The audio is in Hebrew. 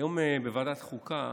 היום בוועדת חוקה